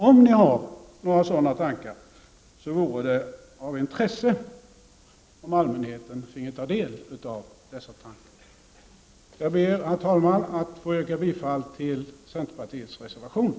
Om ni har sådana tankar vore det av intresse för allmänheten att få ta del av dem. Herr talman! Jag ber att få yrka bifall till centerpartiets reservationer.